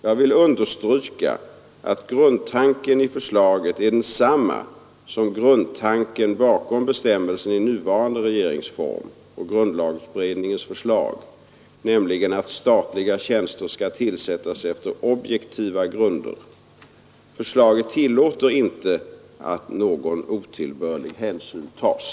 Jag vill understryka att grundtanken i förslaget är densamma som grundtanken bakom bestämmelsen i nuvarande regeringsform och grundlagberedningens förslag, nämligen att statliga tjänster skall tillsättas efter objektiva grunder. Förslaget tillåter inte att någon otillbörlig hänsyn tas.